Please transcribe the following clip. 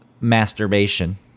masturbation